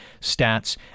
stats